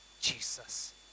Jesus